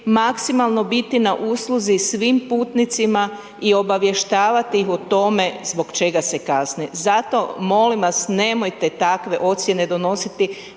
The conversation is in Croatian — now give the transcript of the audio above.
maksimalno biti na usluzi svim putnicima i obavještavati ih o tome zbog čega se kasni. Zato, molim vas, nemojte takve ocjene donositi,